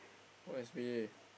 what is P_A